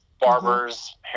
barbers